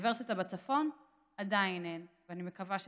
אוניברסיטה בצפון עדיין אין, ואני מקווה שתהיה,